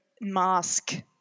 mask